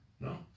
No